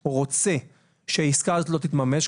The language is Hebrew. או רוצה שהעסקה הזאת לא תתממש,